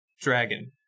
Dragon